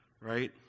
right